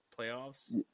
playoffs